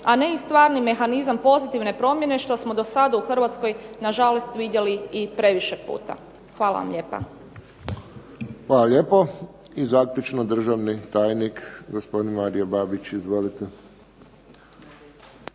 a ne i stvarni mehanizam pozitivne promjene što smo do sada u Hrvatskoj na žalost vidjeli i previše puta. Hvala vam lijepa. **Friščić, Josip (HSS)** Hvala lijepo. I zaključno državni tajnik, gospodin Marijo Babić. Izvolite.